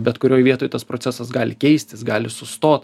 bet kurioj vietoj tas procesas gali keistis gali sustot